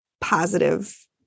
positive